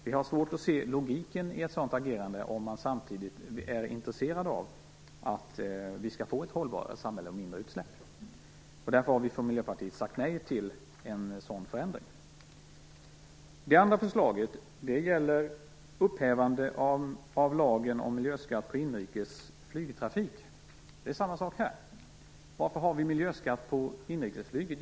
Vi har svårt att se logiken i ett sådant agerande, om man samtidigt är intresserad av att vi skall få ett hållbarare samhälle och mindre utsläpp. Därför har vi från Miljöpartiet sagt nej till en sådan förändring. Det andra förslaget gäller upphävande av lagen om miljöskatt på inrikes flygtrafik. Det är samma sak här. Varför har vi miljöskatt på inrikesflyget?